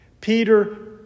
Peter